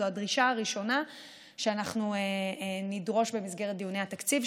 זו הדרישה הראשונה שאנחנו נדרוש במסגרת דיוני התקציב,